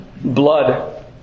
blood